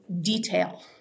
detail